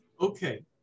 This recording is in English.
Okay